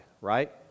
right